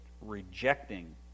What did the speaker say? rejecting